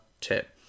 tip